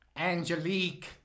Angelique